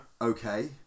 okay